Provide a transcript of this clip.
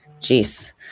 Jeez